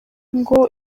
ngo